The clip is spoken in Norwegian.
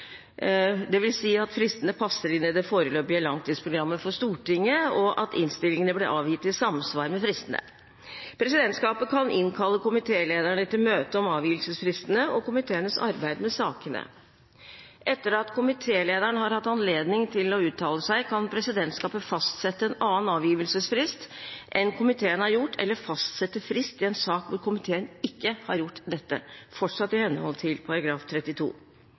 at fristene passer inn i det foreløpige langtidsprogrammet for Stortinget, og at innstillingene blir avgitt i samsvar med fristene. Presidentskapet kan innkalle komitélederne til møte om avgivelsesfristene og komiteenes arbeid med sakene. Etter at komitélederen har hatt anledning til å uttale seg, kan presidentskapet fastsette en annen avgivelsesfrist enn komiteen har gjort, eller fastsette frist i en sak hvor komiteen ikke har gjort dette – fortsatt i henhold til § 32.